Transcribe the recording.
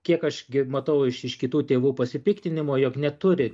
kiek aš gi matau iš iš kitų tėvų pasipiktinimo jog neturi